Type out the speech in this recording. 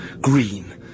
Green